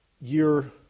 year